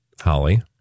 Holly